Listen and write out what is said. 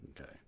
Okay